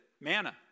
Manna